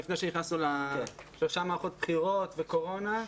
לפני שנכנסנו לשלוש מערכות בחירות וקורונה.